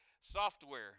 software